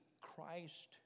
Christ